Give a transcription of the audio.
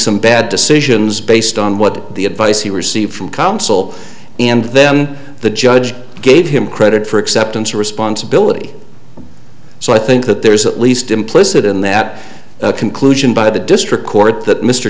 some bad decisions based on what the advice he received from counsel and then the judge gave him credit for acceptance of responsibility so i think that there is at least implicit in that conclusion by the district court that mr